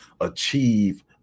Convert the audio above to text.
achieve